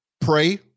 Pray